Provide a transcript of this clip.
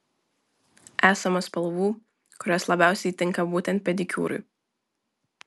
esama spalvų kurios labiausiai tinka būtent pedikiūrui